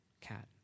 Cat